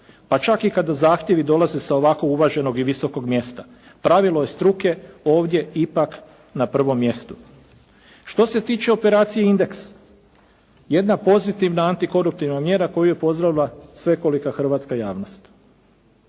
pa čak i kada zahtjevi dolaze sa ovako uvaženog i visokog mjesta. Pravilo je struke ovdje ipak na prvom mjestu. Što se tiče operacije «Indeks» jedna pozitivna antikoruptivna mjera koju je pozdravila svekolika hrvatska javnost.